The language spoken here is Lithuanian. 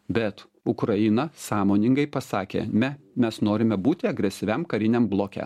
bet ukraina sąmoningai pasakė me mes norime būti agresyviam kariniam bloke